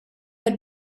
had